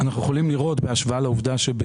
--- אני לא מבין למה מאשימים את